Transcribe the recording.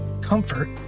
comfort